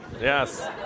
Yes